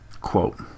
Quote